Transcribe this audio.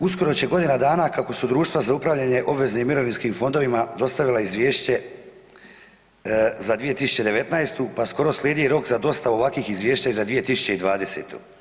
Uskoro će godinu dana kako su društva za upravljanje obveznim i mirovinskim fondovima dostavila izvješće za 2019. pa skoro slijedi rok za dostavu ovakvim izvješća i za 2020.